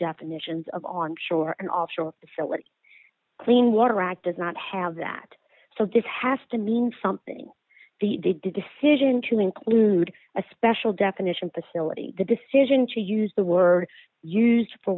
definitions of on shore and offshore facilities clean water act does not have that so this has to mean something the decision to include a special definition facility the decision to use the word used for